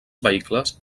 vehicles